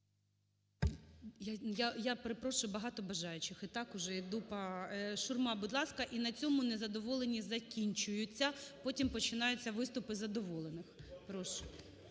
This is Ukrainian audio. Я перепрошую, багато бажаючих. Я й так уже йду по… Шурма, будь ласка. І на цьому незадоволені закінчуються. Потім починаються виступи задоволених. Прошу.